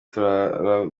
turara